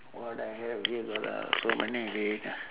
what I have here got uh so many okay